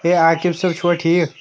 بیٚیہِ آکِب صٲب چھِوا ٹھیٖک